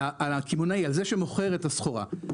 על זה שמוכר את הסחורה.